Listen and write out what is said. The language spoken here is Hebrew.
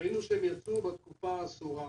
ראינו שהם יצאו בתקופה האסורה.